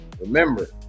remember